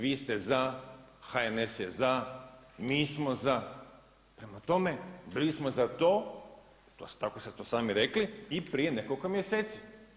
Vi ste za, HNS je za, mi smo za, prema tome bili smo za to tako ste to sami rekli i prije nekoliko mjeseci.